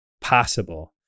possible